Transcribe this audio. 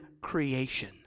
creation